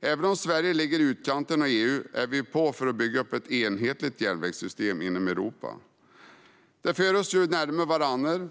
Även om Sverige ligger i utkanten av EU är vi på för att bygga upp ett enhetligt järnvägssystem inom Europa. Det för oss närmare varandra.